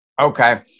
Okay